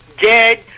dead